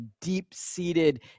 deep-seated